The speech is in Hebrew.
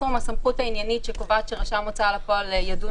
הסמכות העניינית שקובעת שרשם הוצאה לפועל ידון